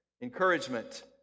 encouragement